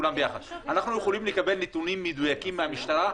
יכולים לקבל נתונים מדויקים מהמשטרה.